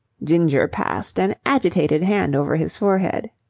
ginger passed an agitated hand over his forehead.